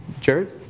Jared